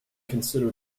consider